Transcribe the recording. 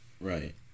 Right